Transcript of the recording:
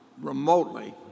remotely